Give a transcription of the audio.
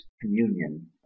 communion